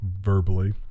verbally